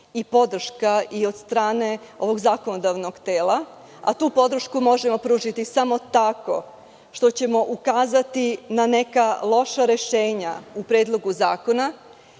i podrška i od strane ovog zakonodavnog tela, a tu podršku možemo pružiti samo tako što ćemo ukazati na neka loša rešenja u Predlogu zakona,